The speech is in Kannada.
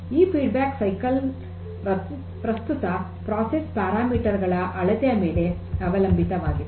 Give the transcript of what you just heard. ಈ ಫೀಡ್ಬ್ಯಾಕ್ ಸೈಕಲ್ ಪ್ರಸ್ತುತ ಪ್ರಕ್ರಿಯೆ ನಿಯತಾಂಕಗಳ ಅಳತೆಯ ಮೇಲೆ ಅವಲಂಬಿತವಾಗಿದೆ